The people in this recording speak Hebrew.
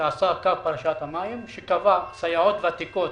שעשה התאמה וקבע שסייעות ותיקות